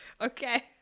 Okay